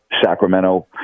sacramento